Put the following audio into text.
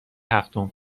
هفتم